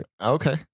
Okay